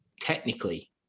technically